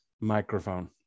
microphone